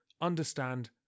understand